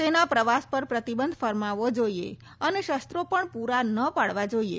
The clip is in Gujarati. તેના પ્રવાસ પર પ્રતિબંધ ફરમાવવો જોઈએ અને શસ્ત્રો પણ પ્રરાં ન પાડવાં જોઈએ